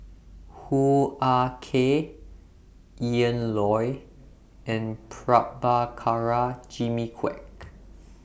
Hoo Ah Kay Ian Loy and Prabhakara Jimmy Quek